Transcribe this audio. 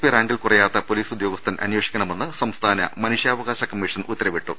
P റാങ്കിൽ കുറയാത്ത police ഉദ്യോഗസ്ഥൻ അന്വേഷിക്കണമെന്ന് സംസ്ഥാന മനുഷ്യാവകാശ കമ്മീഷൻ ഉത്തരവിട്ടു